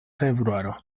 februaro